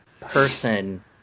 person